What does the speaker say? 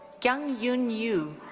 gyung yoon yoo.